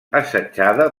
assetjada